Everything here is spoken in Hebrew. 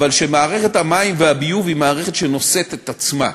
שמערכת המים והביוב היא מערכת שנושאת את עצמה.